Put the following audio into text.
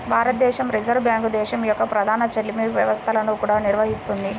భారతీయ reserve bank దేశం యొక్క ప్రధాన చెల్లింపు వ్యవస్థలను కూడా నిర్వహిస్తుంది